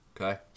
Okay